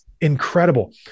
incredible